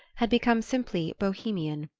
had become simply bohemian.